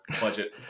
budget